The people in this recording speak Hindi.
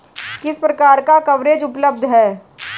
किस प्रकार का कवरेज उपलब्ध है?